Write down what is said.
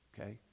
Okay